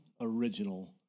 original